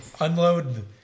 unload